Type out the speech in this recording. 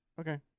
Okay